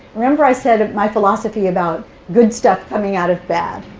remember, i said my philosophy about good stuff coming out of bad?